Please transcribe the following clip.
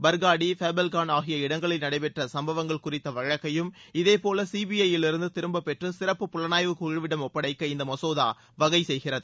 பர்காடி பேபல்கலான் ஆகிய இடங்களில் நடைபெற்ற சம்பவங்கள் குறித்த வழக்கையும் இதேபோல சிபிஐ யிலிருந்து திரும்ப பெற்று சிறப்பு புலணாய்வு குழுவிடம் ஒப்படைக்க இந்த மசோதா வகை செய்கிறது